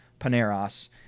paneros